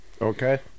okay